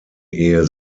ehe